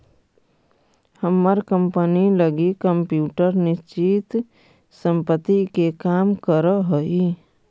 हमर कंपनी लगी कंप्यूटर निश्चित संपत्ति के काम करऽ हइ